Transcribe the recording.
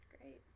great